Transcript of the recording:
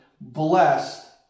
Bless